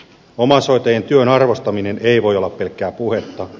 omaishoitajien työn arvostaminen ei voi olla pelkkää puhetta